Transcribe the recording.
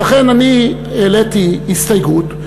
לכן העליתי הסתייגות,